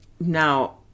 now